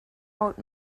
old